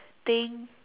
thing